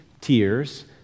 tears